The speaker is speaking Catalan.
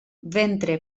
ventre